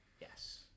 Yes